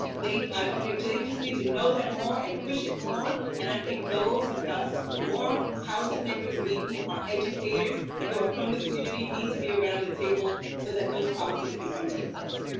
they just just need to know that more and push it more, and i think those of us more policymakers who are educators and who are from the community need to be around the table so that those policies can come into place.